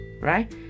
right